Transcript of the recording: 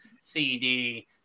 CD